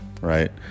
right